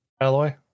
Alloy